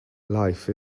life